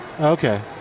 Okay